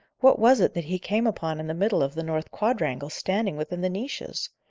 what was it that he came upon in the middle of the north quadrangle, standing within the niches?